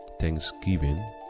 thanksgiving